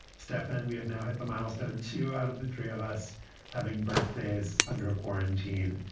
stefan, we have now hit the milestone two out of the three of us having birthdays under a quarantine.